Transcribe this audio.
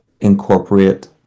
incorporate